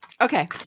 Okay